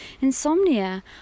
insomnia